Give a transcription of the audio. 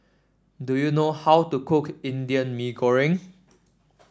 do you know how to cook Indian Mee Goreng